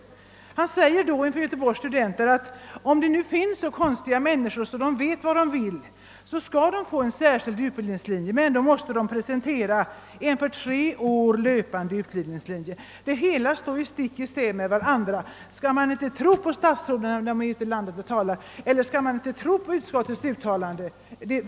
Inför Göteborgs studenter förklarade statsrådet att om det nu finns så konstiga människor att de vet vad de vill, så skall de få en särskild utbildningslinje. Men de måste i så fall presentera ett för tre år gällande val av utbildningslinje. De här uttalandena går stick i stäv riot varandra; Skall man inte tro på statsråd som talar ute i landet eller skall man inte tro på utskottets uttalande?